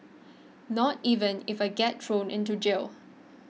not even if I get thrown into jail